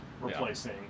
replacing